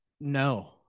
No